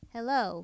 Hello